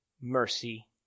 mercy